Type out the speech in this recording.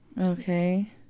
Okay